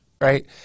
right